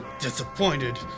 disappointed